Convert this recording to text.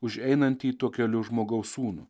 už einantį tuo keliu žmogaus sūnų